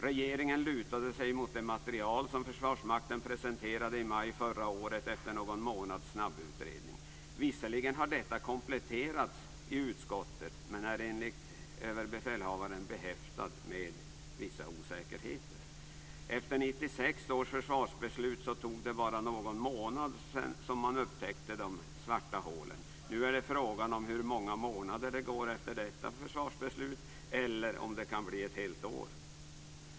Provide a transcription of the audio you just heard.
Regeringen lutade sig mot det material som Försvarsmakten presenterade i maj förra året, efter någon månads snabbutredning. Visserligen har detta kompletterats i utskottet men är enligt Överbefälhavaren behäftat med vissa osäkerheter. Efter 1996 års försvarsbeslut tog det bara någon månad innan man upptäckte de svarta hålen. Nu är det fråga om hur många månader det går efter detta försvarsbeslut, eller om det kan bli ett helt år.